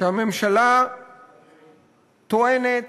שהממשלה טוענת